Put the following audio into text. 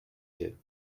you